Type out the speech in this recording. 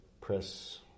press